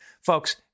folks